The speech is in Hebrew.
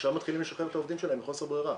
עכשיו מתחילים לשחרר את העובדים שלהם מחוסר ברירה.